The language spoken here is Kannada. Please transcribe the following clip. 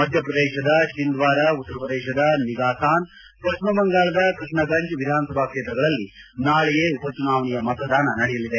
ಮಧ್ಯಪ್ರದೇಶದ ಚಿಂದ್ವಾರ ಉತ್ತರ ಪ್ರದೇಶದ ನಿಘಾಸಾನ್ ಪಶ್ಚಿಮ ಬಂಗಾಳದ ಕೃಷ್ಣ ಗಂಜ್ ವಿಧಾನಸಭಾ ಕ್ಷೇತ್ರಗಳಲ್ಲಿ ನಾಳೆಯೇ ಉಪಚುನಾವಣೆಯ ಮತದಾನ ನಡೆಯಲಿದೆ